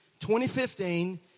2015